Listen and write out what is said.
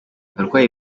abarwayi